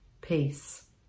Peace